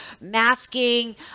masking